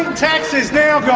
tax is now gone.